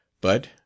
But—